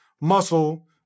muscle